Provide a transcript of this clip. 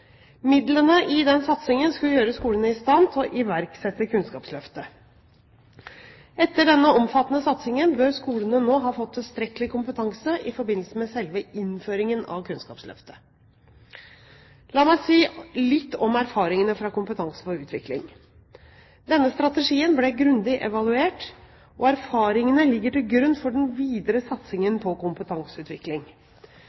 Midlene i den satsingen skulle gjøre skolene i stand til å iverksette Kunnskapsløftet. Etter denne omfattende satsingen bør skolene nå ha fått tilstrekkelig kompetanse i forbindelse med selve innføringen av Kunnskapsløftet. La meg si litt om erfaringene fra Kompetanse for utvikling. Denne strategien ble grundig evaluert, og erfaringene ligger til grunn for den videre satsingen